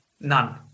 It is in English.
None